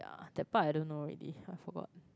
that part I don't know already I forgot